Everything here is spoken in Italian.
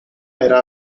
era